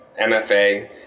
MFA